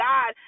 God